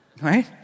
Right